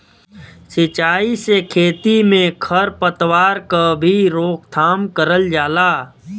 सिंचाई से खेती में खर पतवार क भी रोकथाम करल जाला